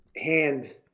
hand